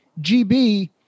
gb